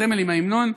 בהמנון.